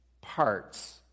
parts